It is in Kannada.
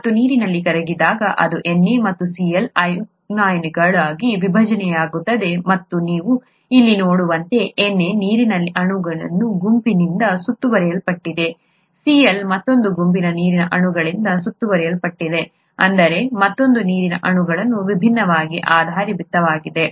ಮತ್ತು ನೀರಿನಲ್ಲಿ ಕರಗಿದಾಗ ಅದು ಅದರ Na ಮತ್ತು Cl ಅಯಾನುಗಳಾಗಿ ವಿಭಜನೆಯಾಗುತ್ತದೆ ಮತ್ತು ನೀವು ಇಲ್ಲಿ ನೋಡುವಂತೆ Na ನೀರಿನ ಅಣುಗಳ ಗುಂಪಿನಿಂದ ಸುತ್ತುವರಿಯಲ್ಪಟ್ಟಿದೆ Cl ಮತ್ತೊಂದು ಗುಂಪಿನ ನೀರಿನ ಅಣುಗಳಿಂದ ಸುತ್ತುವರಿಯಲ್ಪಟ್ಟಿದೆ ಅಂದರೆ ಮತ್ತೊಂದು ನೀರಿನ ಅಣುಗಳು ವಿಭಿನ್ನವಾಗಿ ಆಧಾರಿತವಾಗಿವೆ